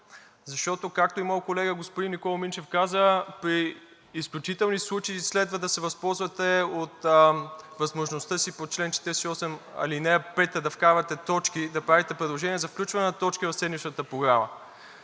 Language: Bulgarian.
защото, както и моят колега господин Никола Минчев каза, при изключителни случаи следва да се възползвате от възможността си по чл. 48, ал. 5 да вкарвате точки и да правите предложения за включване на точки в седмичната Програма.